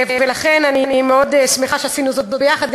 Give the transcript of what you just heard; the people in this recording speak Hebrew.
לכן אני מאוד שמחה שעשינו זאת יחד,